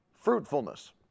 fruitfulness